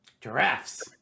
Giraffes